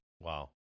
Wow